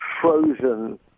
frozen